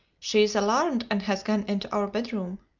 she is alarmed, and has gone into our bedroom.